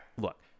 Look